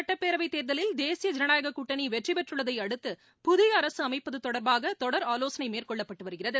சட்டப்பேரவைத் தேர்தலில் தேசிய அசாம் ஐனநாயககூட்டணிவெற்றிபெற்றுள்ளதைஅடுத்து புதிய அரசு அமைப்பது தொடர்பாக தொடர் ஆலோசனைமேற்கொள்ளப்பட்டுவருகிறது